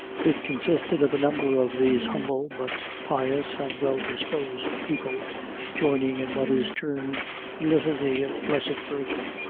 it consisted of a number of these humble, but pious and well-disposed people joining in what is termed the litany of the blessed virgin,